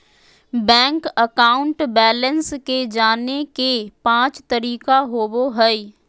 bank account balance के जाने के पांच तरीका होबो हइ